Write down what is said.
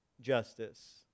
justice